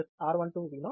V0 r13